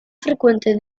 frecuente